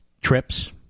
trips